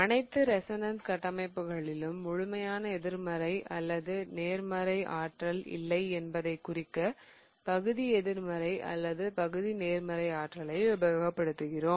அனைத்து ரெசோனன்ஸ் கட்டமைப்புகளிலும் முழுமையான எதிர்மறை அல்லது நேர்மறை ஆற்றல் இல்லை என்பதைக் குறிக்க பகுதி எதிர்மறை அல்லது பகுதி நேர்மறை ஆற்றலை உபயோகப்படுத்துகிறோம்